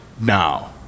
now